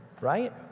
Right